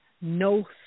no